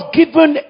given